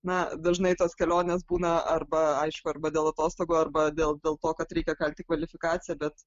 na dažnai tos kelionės būna arba aišku arba dėl atostogų arba dėl dėl to kad reikia kelti kvalifikaciją bet